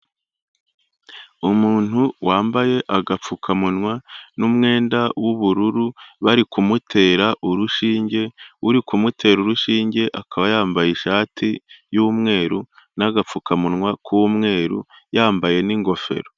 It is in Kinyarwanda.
Umuntu wambaye agapfukamunwa n'umwenda w'ubururu, bari kumutera urushinge, uri kumutera urushinge akaba yambaye ishati y'umweru n'agapfukamunwa k'umweru yambaye n'ingofero.